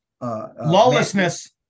lawlessness